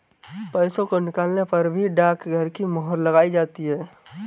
पैसों को निकालने पर भी डाकघर की मोहर लगाई जाती है